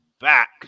back